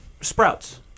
sprouts